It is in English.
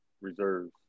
reserves